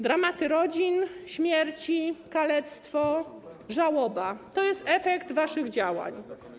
Dramaty rodzin, śmierci, kalectwo, żałoba - to jest efekt waszych działań.